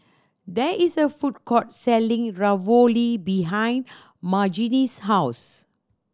there is a food court selling Ravioli behind Margene's house